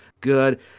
good